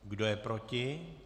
Kdo je proti?